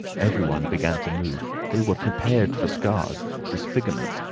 everyone began to move. they were prepared for scars, disfigurements,